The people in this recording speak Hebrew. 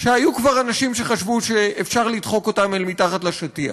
שהיו אנשים שכבר חשבו שאפשר לדחוק אותן אל מתחת לשטיח.